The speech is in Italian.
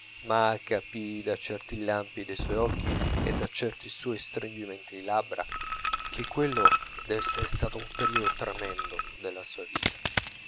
ma capii da certi lampi de suoi occhi e da certi suoi stringimenti di labbra che quello dev'esser stato un periodo tremendo della sua vita